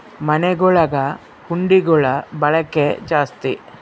ಮನೆಗುಳಗ ಹುಂಡಿಗುಳ ಬಳಕೆ ಜಾಸ್ತಿ